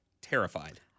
terrified